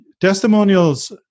testimonials